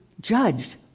judged